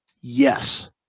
Yes